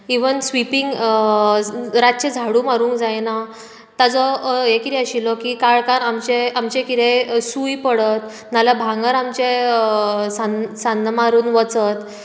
even sweeping रातचें झाडू मारूंक जायना ताजो हें कितें आशिल्लो की काळखांत आमचें आमचें कितें सूय पडत नाजाल्यार भांगर आमचें सान्न सान्न मारून वचत